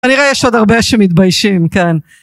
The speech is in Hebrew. אני רואה שיש עוד הרבה שמתביישים כאן